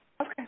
Okay